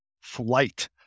flight